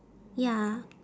ya